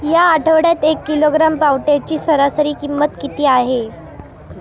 या आठवड्यात एक किलोग्रॅम पावट्याची सरासरी किंमत किती आहे?